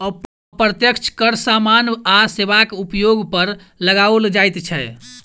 अप्रत्यक्ष कर सामान आ सेवाक उपयोग पर लगाओल जाइत छै